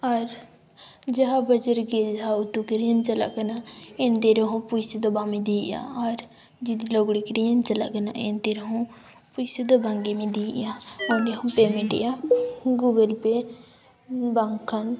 ᱟᱨ ᱡᱟᱦᱟᱸ ᱵᱟᱡᱟᱨ ᱨᱮᱜᱮ ᱡᱟᱦᱟᱸ ᱩᱛᱩ ᱠᱤᱨᱤᱧ ᱮᱢ ᱪᱟᱞᱟᱜ ᱠᱟᱱᱟ ᱮᱱᱛᱮ ᱨᱮᱦᱚᱸ ᱯᱚᱭᱥᱟ ᱫᱚ ᱵᱟᱢ ᱤᱫᱤᱭᱮᱜᱼᱟ ᱟᱨ ᱡᱩᱫᱤ ᱞᱩᱜᱽᱲᱤ ᱠᱤᱨᱤᱧ ᱮᱢ ᱪᱟᱞᱟᱜ ᱠᱟᱱᱟ ᱮᱱᱛᱮ ᱨᱮᱦᱚᱸ ᱯᱚᱭᱥᱟ ᱫᱚ ᱵᱟᱝ ᱜᱮᱢ ᱤᱫᱤᱭᱮᱜᱼᱟ ᱚᱸᱰᱮ ᱦᱚᱸ ᱯᱮᱢᱮᱱᱴ ᱮᱜᱼᱟ ᱜᱩᱜᱩᱞ ᱯᱮ ᱵᱟᱝᱠᱷᱟᱱ